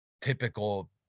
typical